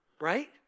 right